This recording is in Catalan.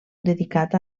dedicat